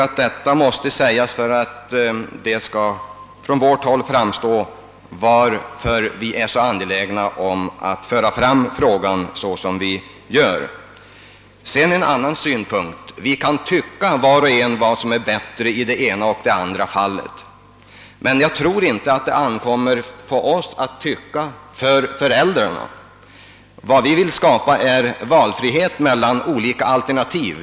Jag tror detta måste sägas för att det skall framstå klart varför vi på vårt håll är så angelägna om att föra fram frågan på det sätt vi gör. Sedan en annan synpunkt: vi kan tycka olika om vad som är bättre i det ena och andra fallet, men jag tror inte att det ankommer på oss här i riksdagen att tycka för barnens föräldrar. Centerpartiet vill skapa valfrihet mellan olika alternativ.